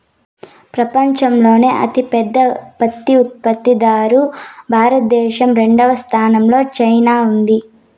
పపంచంలోనే అతి పెద్ద పత్తి ఉత్పత్తి దారు భారత దేశం, రెండవ స్థానం లో చైనా ఉంది